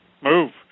Move